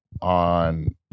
on